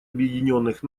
объединенных